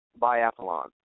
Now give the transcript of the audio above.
Biathlon